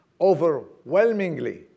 overwhelmingly